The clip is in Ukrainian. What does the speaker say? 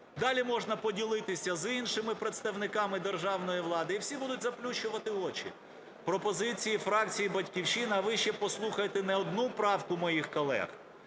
далі можна поділитися з іншими представниками державної влади, і всі будуть заплющувати очі. Пропозиції фракції "Батьківщина", ви ще послухаєте не одну правку моїх колег,